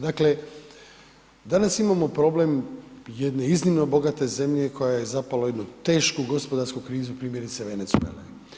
Dakle, danas imamo problem jedne iznimno bogate zemlje koja je zapala u jednu tešku gospodarsku krizu, primjerice Venezuele.